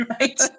right